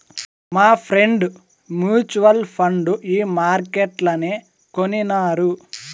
మాఫ్రెండ్ mutual fund ఈ మార్కెట్లనే కొనినారు